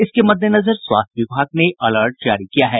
इसके मद्देनजर स्वास्थ्य विभाग ने अलर्ट जारी किया है